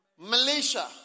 Malaysia